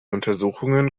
untersuchungen